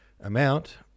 amount